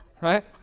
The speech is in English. Right